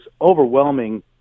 overwhelming